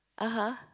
(uh huh)